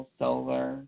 solar